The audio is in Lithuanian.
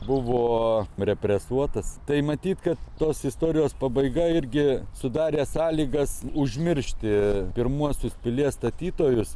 buvo represuotas tai matyt kad tos istorijos pabaiga irgi sudarė sąlygas užmiršti pirmuosius pilies statytojus